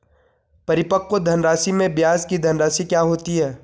परिपक्व धनराशि में ब्याज की धनराशि क्या होती है?